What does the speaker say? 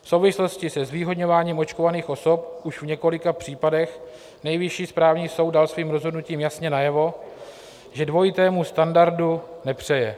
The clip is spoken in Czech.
V souvislosti se zvýhodňováním očkovaných osob už v několika případech Nejvyšší správní soud dal svým rozhodnutím jasně najevo, že dvojitému standardu nepřeje.